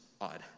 odd